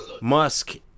musk